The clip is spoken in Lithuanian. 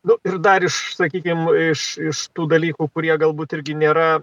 nu ir dar iš sakykim iš iš tų dalykų kurie galbūt irgi nėra